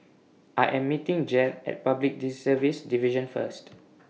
I Am meeting Jed At Public Service Division First